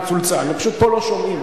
צולצל, פשוט פה לא שומעים.